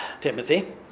Timothy